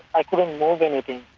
i couldn't move anything.